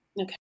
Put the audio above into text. Okay